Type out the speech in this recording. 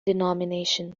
denomination